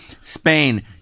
Spain